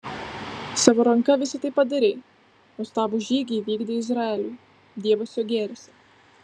savo ranka visa tai padarei nuostabų žygį įvykdei izraeliui dievas juo gėrisi